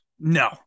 No